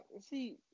See